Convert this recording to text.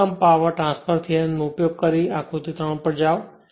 મહત્તમ power transfer theorem નો ઉપયોગ કરી આકૃતિ 3 પર જાઓ